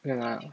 ya